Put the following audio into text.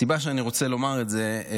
הסיבה שאני רוצה לומר את זה,